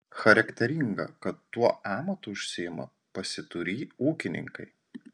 charakteringa kad tuo amatu užsiima pasiturį ūkininkai